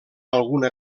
alguna